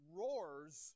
roars